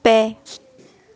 ᱯᱮ